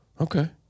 okay